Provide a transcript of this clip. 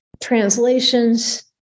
translations